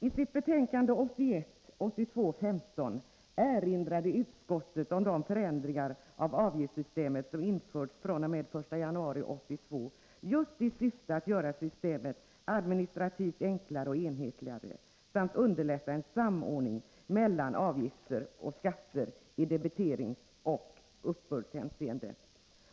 I sitt betänkande 1981/82:15 erinrade utskottet om de förändringar av avgiftssystemet som införts fr.o.m. den 1 januari 1982 just i syfte att göra systemet administrativt enklare och enhetligare samt underlätta en samordning mellan avgifter och skatter i debiteringsoch uppbördshänseende.